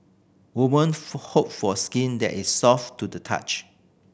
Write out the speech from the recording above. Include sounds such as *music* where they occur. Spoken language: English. woman *unintelligible* hope for skin that is soft to the touch